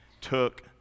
took